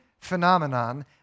phenomenon